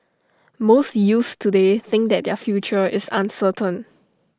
most youths today think that their future is uncertain